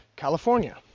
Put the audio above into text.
California